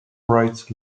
writes